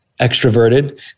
extroverted